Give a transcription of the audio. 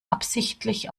absichtlich